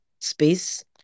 space